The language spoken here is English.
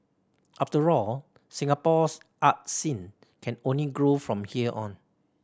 after all Singapore's art scene can only grow from here on